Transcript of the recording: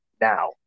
now